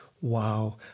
wow